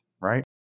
right